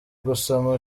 gusoma